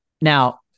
Now